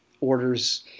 orders